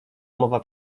mowa